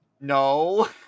no